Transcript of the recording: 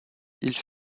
ils